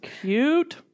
cute